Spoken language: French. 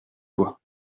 bois